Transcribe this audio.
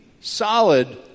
solid